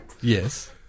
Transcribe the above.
Yes